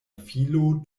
filo